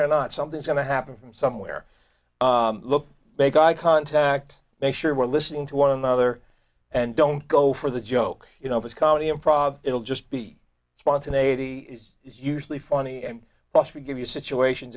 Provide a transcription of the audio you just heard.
or not something's going to happen from somewhere look make eye contact make sure we're listening to one another and don't go for the joke you know if it's comedy improv it'll just be spontaneity is usually funny and possibly give you situations